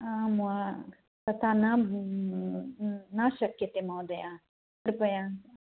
आम् वा तथा न न शक्यते महोदय कृपया